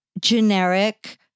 Generic